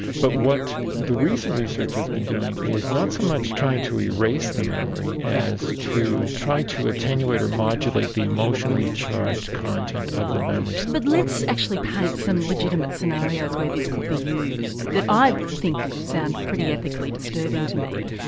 but what the recent research has been doing is not so much trying to erase the memory as to try to attenuate or modulate the emotionally charged content of the memories. well but let's just paint some legitimate scenarios where this could be used that i think sound pretty ethically disturbing to me.